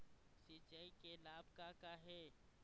सिचाई के लाभ का का हे?